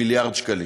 מיליארד שקלים,